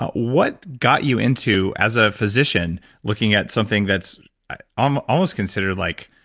what got you into, as a physician, looking at something that's um almost considered like